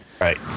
right